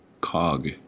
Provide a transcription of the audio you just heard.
cog